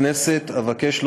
ראשונה,